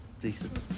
decent